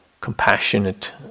compassionate